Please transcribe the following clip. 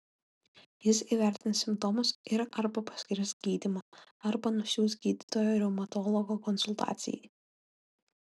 jis įvertins simptomus ir arba paskirs gydymą arba nusiųs gydytojo reumatologo konsultacijai